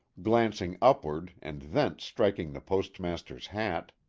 glancing upward and thence striking the post master's hat,